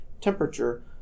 temperature